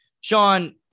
Sean